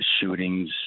shootings